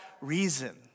reason